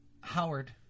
Howard